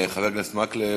חבר הכנסת מקלב,